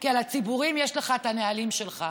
כי על הציבוריים יש לך את הנהלים שלך,